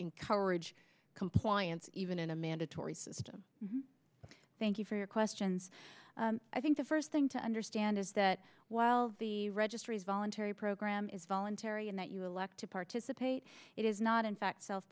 encourage compliance even in a mandatory system thank you for your questions i think the first thing to understand is that while the registry is voluntary program is voluntary and that you elect to participate it is not in fact self